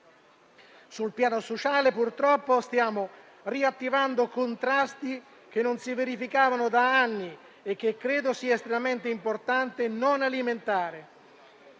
Sul piano sociale, purtroppo, stiamo riattivando contrasti che non si verificavano da anni e che credo sia estremamente importante non alimentare.